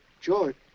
George